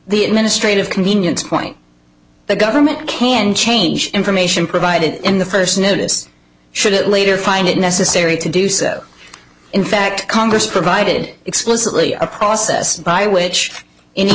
the administrative convenience point the government can change information provided in the first notice should it later find it necessary to do so in fact congress provided explicitly a process by which